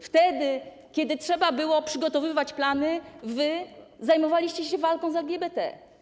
Wtedy kiedy trzeba było przygotowywać plany, wy zajmowaliście się walką z LGBT.